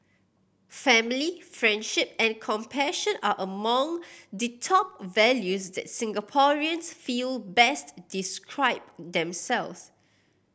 family friendship and compassion are among the top values that Singaporeans feel best describe themselves